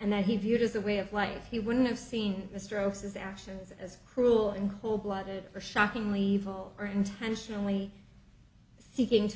and that he viewed as a way of life he wouldn't have seen a stroke his actions as cruel and cold blooded are shockingly evil or intentionally seeking to